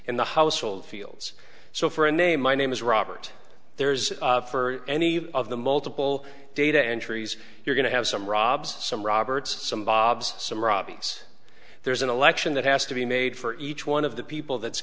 in the household fields so for a name my name is robert theirs for any of the multiple data entries you're going to have some robs some roberts some bobs some robbie's there's an election that has to be made for each one of the people that's